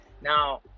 Now